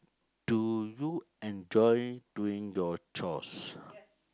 do you enjoy doing your chores